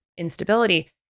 Instability